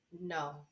No